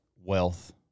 wealth